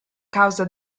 causa